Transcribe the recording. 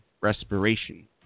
respiration